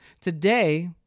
Today